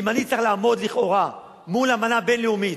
אם אני צריך לעמוד, לכאורה, מול אמנה בין-לאומית,